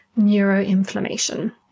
neuroinflammation